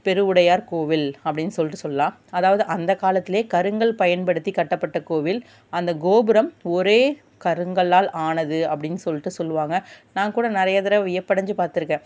பெருவுடையார் கோவில் அப்படின் சொல்லிட்டு சொல்லாம் அதாவது அந்த காலத்துலையே கருங்கல் பயன்படுத்தி கட்டப்பட்ட கோவில் அந்த கோபுரம் ஒரே கருங்கல்லால் ஆனது அப்படின் சொல்லிட்டு சொல்லுவாங்க நாங்ககூட நிறைய தடவை வியப்படஞ்சு பார்த்துருக்கேன்